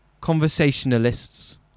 conversationalists